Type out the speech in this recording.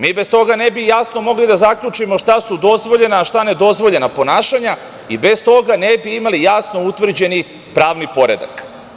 Mi bez toga ne bi jasno mogli da zaključimo šta su dozvoljena, a šta nedozvoljena ponašanja i bez toga ne bi imali jasno utvrđeni pravni poredak.